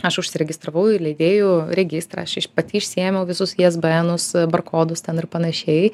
aš užsiregistravau į leidėjų registrą aš iš pati išsiėmiau visus iesbenus barkodus ten ir panašiai